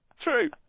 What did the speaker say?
true